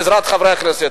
בעזרת חברי הכנסת.